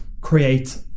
create